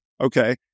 Okay